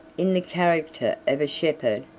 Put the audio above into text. in the character of a shepherd,